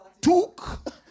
Took